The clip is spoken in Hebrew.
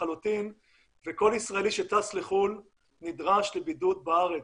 לחו"ל על חשבון התחלואה בארץ,